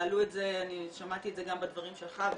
תעלו את זה, ואני שמעתי את זה גם בדבריך ושמחתי.